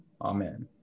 Amen